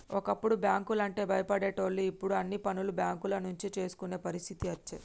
ఒకప్పుడు బ్యాంకు లంటే భయపడేటోళ్లు ఇప్పుడు అన్ని పనులు బేంకుల నుంచే చేసుకునే పరిస్థితి అచ్చే